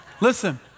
Listen